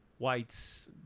whites